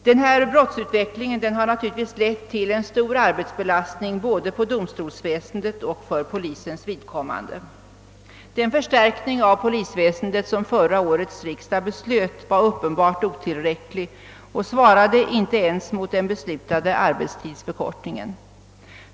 Den utveckling jag här försökt skissera har naturligtvis lett till en stor arbetsbelastning för både domstolsväsendet och polisväsendet. Den förstärkning av polisväsendet som riksdagen förra året fattade beslut om var uppenbart otillräcklig och svarade inte ens mot den beslutade arbetstidsförkortningen.